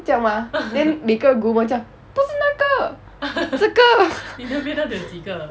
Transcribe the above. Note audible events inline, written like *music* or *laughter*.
这样 mah then 每个 groomer 叫不是那个这个 *breath*